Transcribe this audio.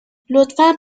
لطفا